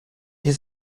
his